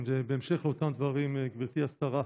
בהמשך לאותם דברים, גברתי השרה,